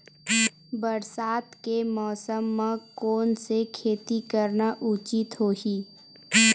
बरसात के मौसम म कोन से खेती करना उचित होही?